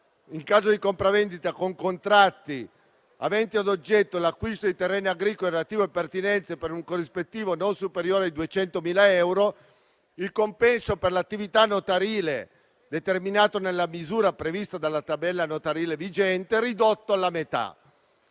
in caso di compravendita con contratti aventi ad oggetto l'acquisto di terreni agricoli e relative pertinenze per un corrispettivo non superiore ai 200.000 euro, sul compenso per l'attività notarile, determinato nella misura prevista dalla tabella notarile vigente, ridotta della metà.